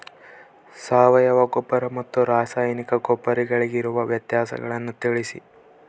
ಸಾವಯವ ಗೊಬ್ಬರ ಮತ್ತು ರಾಸಾಯನಿಕ ಗೊಬ್ಬರಗಳಿಗಿರುವ ವ್ಯತ್ಯಾಸಗಳನ್ನು ತಿಳಿಸಿ?